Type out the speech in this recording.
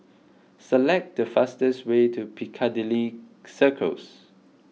select the fastest way to Piccadilly Circus